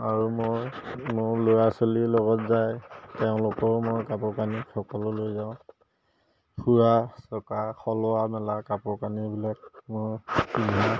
আৰু মই মোৰ ল'ৰা ছোৱালীৰ লগত যায় তেওঁলোকৰো মই কাপোৰ কানি সকলো লৈ যাওঁ ফুৰা চকা সলোৱা মেলা কাপোৰ কানিবিলাক মই পিন্ধি